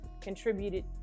contributed